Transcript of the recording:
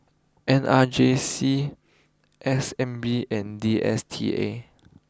N R J C S N B and D S T A